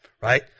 right